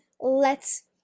lets